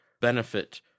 benefit